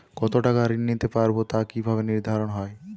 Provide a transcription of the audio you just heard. কতো টাকা ঋণ নিতে পারবো তা কি ভাবে নির্ধারণ হয়?